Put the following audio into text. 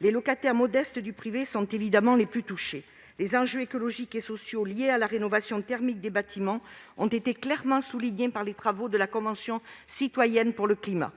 les locataires modestes du privé étant les plus touchés. Les enjeux écologiques et sociaux liés à la rénovation thermique des bâtiments ont été clairement soulignés par les travaux de la Convention citoyenne pour le climat.